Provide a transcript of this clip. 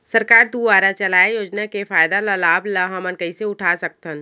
सरकार दुवारा चलाये योजना के फायदा ल लाभ ल हमन कइसे उठा सकथन?